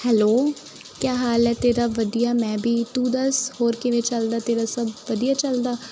hello ਕਿਆ ਹਾਲ ਹੈ ਤੇਰਾ ਵਧੀਆ ਮੈਂ ਵੀ ਤੂੰ ਦੱਸ ਹੋਰ ਕਿਵੇਂ ਚੱਲਦਾ ਤੇਰਾ ਸਭ ਵਧੀਆ ਚਲਦਾ